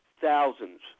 thousands